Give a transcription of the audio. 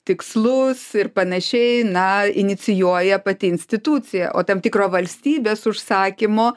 tikslus ir panašiai na inicijuoja pati institucija o tam tikro valstybės užsakymo